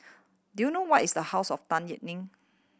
do you know where is The House of Tan Yeok Nee